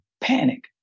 panic